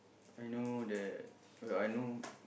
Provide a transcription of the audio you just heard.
I know that uh I know